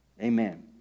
Amen